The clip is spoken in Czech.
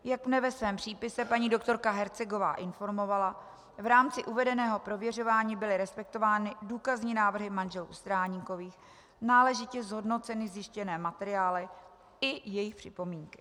Jak mě ve svém přípise paní doktorka Hercegová informovala, v rámci uvedeného prověřování byly respektovány důkazní návrhy manželů Stráníkových, náležitě zhodnoceny zjištěné materiály i jejich připomínky.